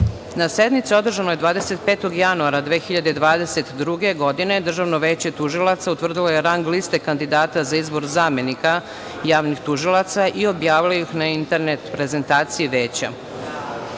sednici održanoj 25. januara 2022. godine, Državno veće tužilaca utvrdilo je rang liste kandidata za izbor zamenika javnih tužilaca i objavilo ih na internet prezentaciji Veća.U